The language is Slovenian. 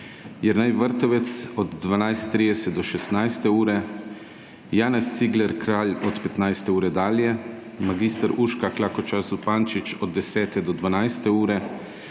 Jernej Vrtovec od 12.30 do 16. ure, Janez Cigler Kralj od 15. ure dalje, mag. Urška Klakočar Zupančič od 10.00 do 12.